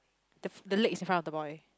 the f~ the legs in front of the boy